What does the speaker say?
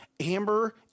Amber